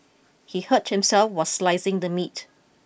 he hurt himself while slicing the meat